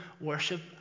worship